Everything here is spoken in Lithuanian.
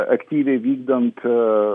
aktyviai vykdant